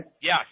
Yes